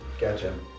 gotcha